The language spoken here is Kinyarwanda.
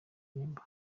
ndirimbo